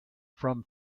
from